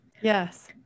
Yes